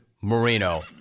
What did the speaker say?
Marino